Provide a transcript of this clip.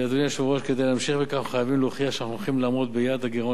כדי להמשיך בכך אנחנו חייבים להוכיח שנעמוד ביעד הגירעון החדש ולשמור